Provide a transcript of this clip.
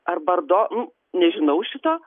ar bardo nu nežinau šito